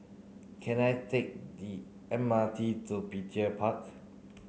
can I take the M R T to Petir Park